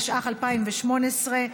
התשע"ח 2018,